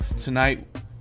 tonight